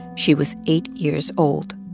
she was eight years old.